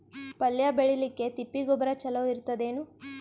ಪಲ್ಯ ಬೇಳಿಲಿಕ್ಕೆ ತಿಪ್ಪಿ ಗೊಬ್ಬರ ಚಲೋ ಇರತದೇನು?